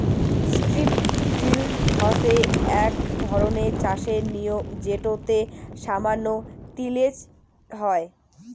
strip drill হসে আক ধরণের চাষের নিয়ম যেটোতে সামান্য তিলেজ হউ